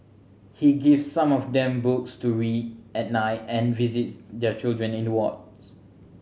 he gives some of them books to read at night and visits their children in the wards